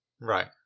Right